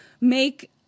make